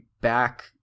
back